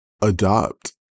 adopt